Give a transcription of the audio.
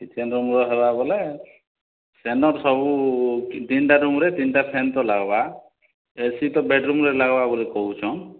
kitchen ରୁମ୍ର ହେବା ବୋଲେ ସେନ ସବୁ ତିନ୍ଟା ରୁମ୍ରେ ତିନଟା ଫ୍ୟାନ୍ ତ ଲାଗ୍ବା ଏସି ତ ବେଡ଼ରୁମ୍ରେ ଲାଗ୍ବା ବୋଲି କହୁଛନ୍